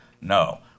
No